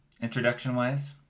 introduction-wise